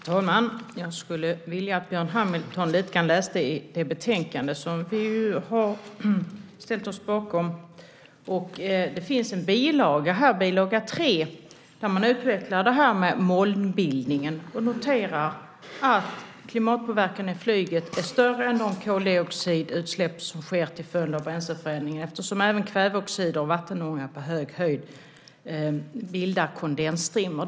Herr talman! Jag skulle vilja att Björn Hamilton läste i betänkandet lite grann. Vi har ju ställt oss bakom det, och i bilaga 3 utvecklas detta med molnbildningen. Där noteras att flygets klimatpåverkan är större än de koldioxidutsläpp som sker till följd av bränsleförändringar eftersom kväveoxid och vattenånga på hög höjd bildar kondensdimmor.